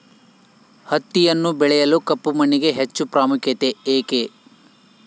ಹತ್ತಿಯನ್ನು ಬೆಳೆಯಲು ಕಪ್ಪು ಮಣ್ಣಿಗೆ ಹೆಚ್ಚು ಪ್ರಾಮುಖ್ಯತೆ ಏಕೆ?